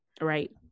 Right